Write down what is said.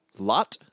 Lot